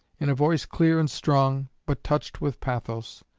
in a voice clear and strong, but touched with pathos,